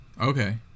Okay